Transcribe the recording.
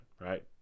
right